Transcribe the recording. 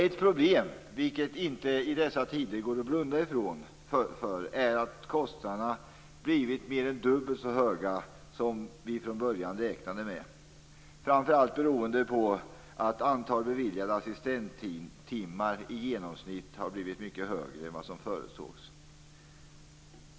Ett problem som i dessa tider inte går att blunda för är kostnaderna blivit mer än dubbelt så höga som vi från början räknade med. Det beror framför allt på att antalet beviljade assistenttimmar i genomsnitt har blivit mycket större än vad som förutsågs.